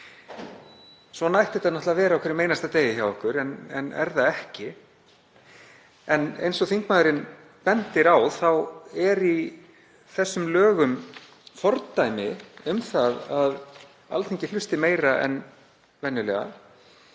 Svona ætti það náttúrlega að vera á hverjum einasta degi hjá okkur en er það ekki. Eins og þingmaðurinn bendir á er í þessum lögum fordæmi um að Alþingi hlusti meira en venjulega